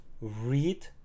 read